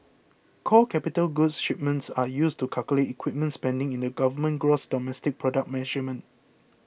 core capital goods shipments are used to calculate equipment spending in the government's gross domestic product measurement